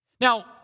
Now